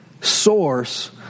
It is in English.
source